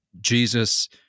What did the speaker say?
Jesus